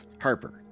Harper